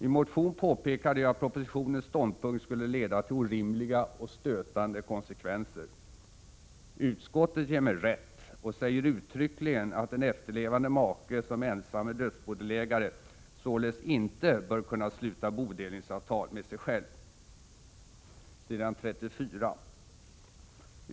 I en motion påpekade jag att propositionens ståndpunkt skulle få orimliga och stötande konsekvenser. Utskottet ger mig rätt och säger uttryckligen att en efterlevande make som ensam är dödsbodelägare således inte bör kunna sluta bodelningsavtal med sig själv .